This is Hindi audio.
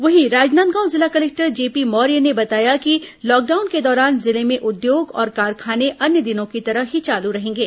वहीं राजनांदगांव जिला कलेक्टर जेपी मौर्य ने बताया कि लॉकडाउन के दौरान जिले में उद्योग और कारखाने अन्य दिनों की तरह ही चालू रहेंगे